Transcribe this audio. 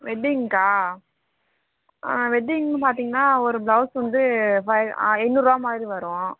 வெட்டிங்க்காக ஆ வெட்டிங்ன்னு பார்த்தீங்கன்னா ஒரு பிளவுஸ் வந்து ஃபைவ் ஆ ஐநூறுவா மாதிரி வரும்